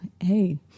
hey